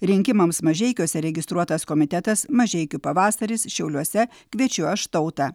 rinkimams mažeikiuose registruotas komitetas mažeikių pavasaris šiauliuose kviečiu aš tautą